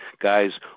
guys